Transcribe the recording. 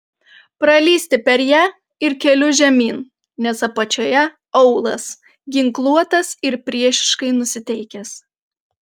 pralįsti per ją ir keliu žemyn nes apačioje aūlas ginkluotas ir priešiškai nusiteikęs